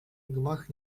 gmach